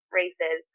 races